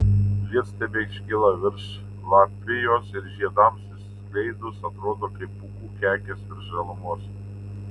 žiedstiebiai iškyla virš lapijos ir žiedams išsiskleidus atrodo kaip pūkų kekės virš žalumos